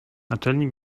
naczelnik